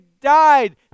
died